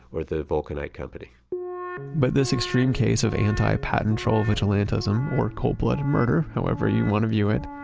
or the vulcanite company but this extreme case of anti-patent troll vigilantism, or cold-blooded murder, however you want to view it,